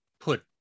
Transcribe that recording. Put